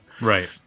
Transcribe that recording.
Right